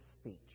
speech